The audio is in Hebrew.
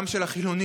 גם של החילונים,